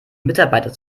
mitarbeiter